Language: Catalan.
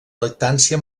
lactància